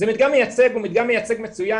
הוא מדגם מייצג מצוין.